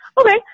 Okay